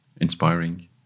inspiring